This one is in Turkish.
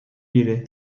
biri